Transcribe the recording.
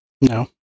No